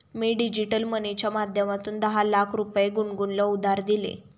मी digital मनीच्या माध्यमातून दहा लाख रुपये गुनगुनला उधार दिले